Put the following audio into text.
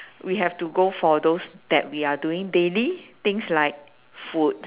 we have to go for those that we are doing daily things like food